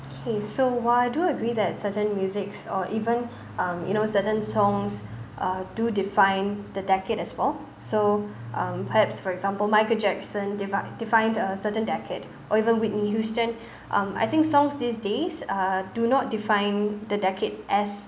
okay so while I do agree that certain music or even um you know certain songs uh do define the decade as well so um perhaps for example michael jackson defi~ defined a certain decade or even whitney houston um I think songs these days uh do not define the decade as